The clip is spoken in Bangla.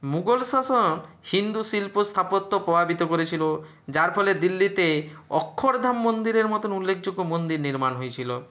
মুগল শাসন হিন্দু শিল্প স্থাপত্য প্রভাবিত করেছিলো যার ফলে দিল্লিতে অক্ষরধাম মন্দিরের মতন উল্লেখযোগ্য মন্দির নির্মাণ হয়েছিলো